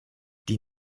die